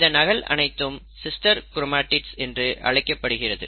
இந்த நகல் அனைத்தும் சிஸ்டர் கிரோமடிட்ஸ் என்று அழைக்கப்படுகிறது